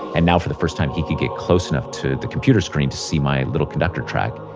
and now for the first time, he could get close enough to the computer screen to see my little conductor track,